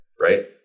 Right